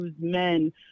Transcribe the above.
Men